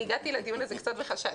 אני הגעתי לדיון הזה קצת בחשש,